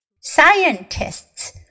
Scientists